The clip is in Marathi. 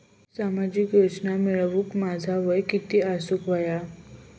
सामाजिक योजना मिळवूक माझा वय किती असूक व्हया?